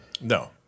no